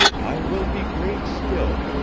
i will be great still,